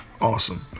awesome